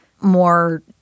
more